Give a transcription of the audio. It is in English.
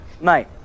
Mate